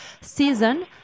season